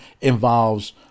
involves